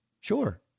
Sure